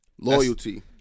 loyalty